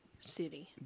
city